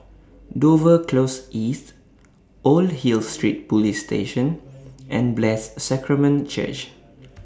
Dover Close East Old Hill Street Police Station and Blessed Sacrament Church